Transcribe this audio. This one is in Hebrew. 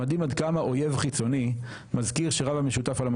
מדהים עד כמה אויב חיצוני מזכיר שרב המשותף על המפריד.